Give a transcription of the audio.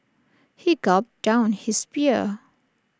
he gulped down his beer